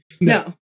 no